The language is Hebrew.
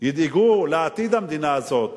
ידאגו לעתיד המדינה הזאת,